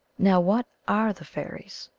now, what are the fairies'?